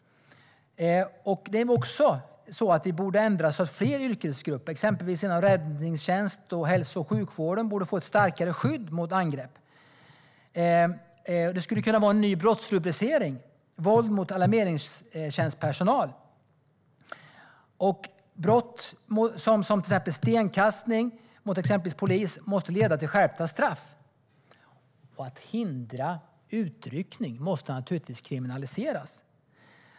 Vi borde också ändra så att fler yrkesgrupper, exempelvis inom räddningstjänst och hälso och sjukvården, får ett starkare skydd mot angrepp. Våld mot alarmeringstjänstpersonal skulle kunna vara en ny brottsrubricering. Straffen för brott som exempelvis stenkastning mot polis måste skärpas, och att hindra utryckning måste naturligtvis kriminaliseras.